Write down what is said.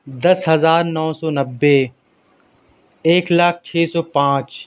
دس ہزار نو سو نبے ایک لاکھ چھ سو پانچ